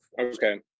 okay